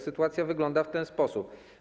Sytuacja wygląda w ten sposób.